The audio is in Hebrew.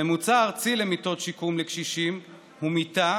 הממוצע הארצי למיטות שיקום לקשישים הוא מיטה